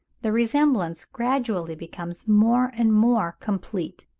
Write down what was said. the resemblance gradually becoming more and more complete.